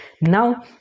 now